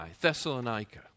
Thessalonica